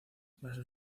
basó